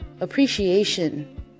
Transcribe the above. appreciation